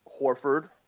Horford